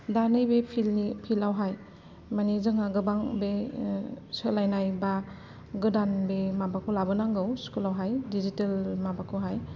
दानि बे फिल्डआवहाय मानि जोंहा गोबां बे सोलायनाय बा गोदान बे माबाखौ लाबोनांगौ स्कुलावहाय डिजिटेल माबाखौहाय